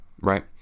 right